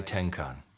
Tenkan